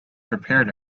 prepared